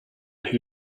who